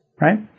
right